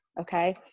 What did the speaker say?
Okay